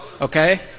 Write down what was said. Okay